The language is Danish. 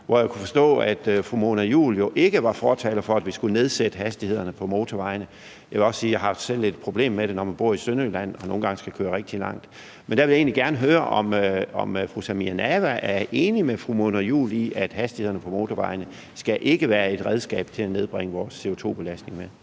hvor jeg kunne forstå, at fru Mona Juul ikke var fortaler for, at vi skulle nedsætte hastigheden på motorvejene. Jeg vil også sige, at jeg selv har et problem med det, når jeg bor i Sønderjylland og nogle gange skal køre rigtig langt. Der vil jeg egentlig gerne høre, om fru Samira Nawa er enig med fru Mona Juul i, at hastigheden på motorvejene ikke skal være et redskab til at nedbringe vores CO2-belastning? Kl.